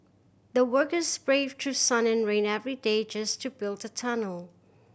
the workers braved through sun and rain every day just to build the tunnel